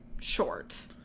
short